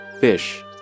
Fish